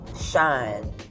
shine